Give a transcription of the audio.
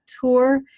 tour